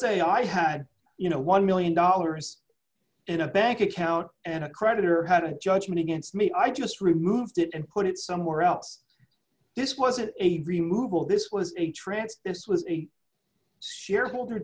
say i had you know one million dollars in a bank account and a creditor had a judgment against me i just removed it and put it somewhere else this wasn't a remove all this was a trance this was a shareholder